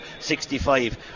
65